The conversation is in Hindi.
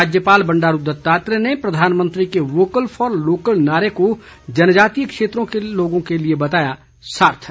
राज्यपाल बंडारू दत्तात्रेय ने प्रधानमंत्री के वोकल फॉर लोकल नारे को जनजातीय क्षेत्रों के लोगों के लिए बताया सार्थक